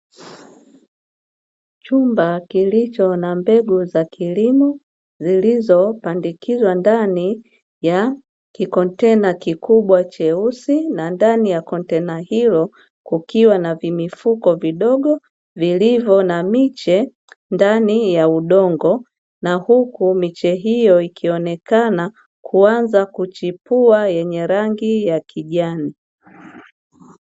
Chumba kilicho na mbegu za kilimo, zilizopandikizwa ndani ya kikontena kikubwa cheusi na ndani ya kontena hilo kukiwa na vimifuko vidogo, vilivyo na miche ndani ya udongo na huku miche hiyo ikionekana kuanza kuchipua, yenye rangi ya kijani.